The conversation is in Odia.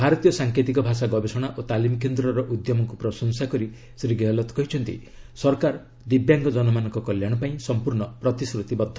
ଭାରତୀୟ ସାଙ୍କେତିକ ଭାଷା ଗବେଷଣା ଓ ତାଲିମ୍ କେନ୍ଦ୍ରର ଉଦ୍ୟମକୁ ପ୍ରଶଂସା କରି ଶ୍ରୀ ଗେହଲତ୍ କହିଛନ୍ତି ସରକାର ଦିବ୍ୟାଙ୍ଗଜନମାନଙ୍କ କଲ୍ୟାଣ ପାଇଁ ସମ୍ପୂର୍ଣ୍ଣ ପ୍ରତିଶ୍ରତିବଦ୍ଧ